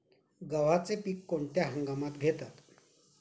गव्हाचे पीक कोणत्या हंगामात घेतात?